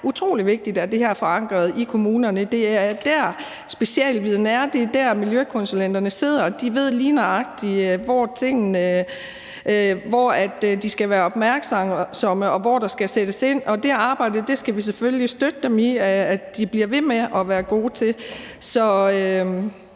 utrolig vigtigt, at det her er forankret i kommunerne. Det er der, specialviden er; det er der, miljøkonsulenterne sidder, og de ved lige nøjagtig, hvor de skal være opmærksomme, og hvor der skal sættes ind, og det arbejde skal vi selvfølgelig støtte dem i at de bliver ved med at være gode til. Så